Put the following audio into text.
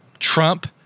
Trump